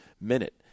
minute